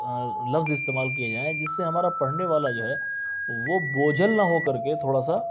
لفظ استعمال کیے جائیں جس سے ہمارا پڑھنے والا جو ہے وہ بوجھل نہ ہو کر کے تھوڑا سا